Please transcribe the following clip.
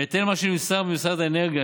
בהתאם למה שנמסר ממשרד האנרגיה,